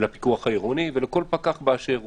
לפיקוח העירוני ולכל פקח באשר הוא.